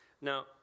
Now